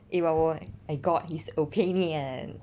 eh but 我 eh I got his opinion